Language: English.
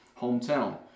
hometown